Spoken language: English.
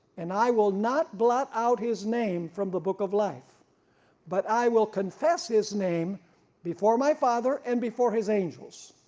and i will not blot out his name from the book of life but i will confess his name before my father and before his angels.